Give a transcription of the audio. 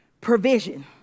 provision